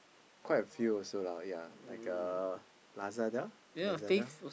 quite a few also lah ya like uh Lazada Lazada